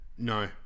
No